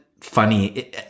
funny